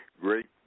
great